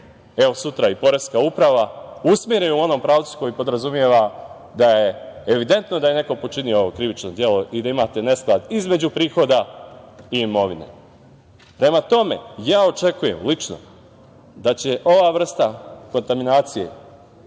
sutra i Poreska uprava usmere u onom pravcu koji podrazumeva da je evidentno da je neko počinio krivično delo i da imate nesklad između prihoda i imovine. Prema tome ja očekujem lično da će ova vrsta kontaminacije